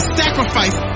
sacrifice